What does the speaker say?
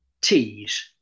teas